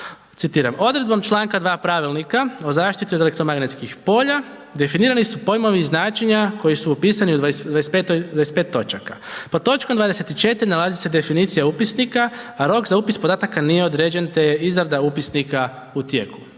Citiram, odredbom članka 2. Pravilnika o zaštiti od elektromagnetskih polja definirani su pojmovi i značenja koji su opisani u 25 točaka. Pod točkom 24 nalazi se definicija upisnika, a rok za upis podataka nije određen te je izrada upisnika u tijeku.